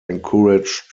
encourage